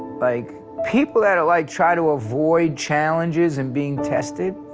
like people that like try to avoid challenges and being tested,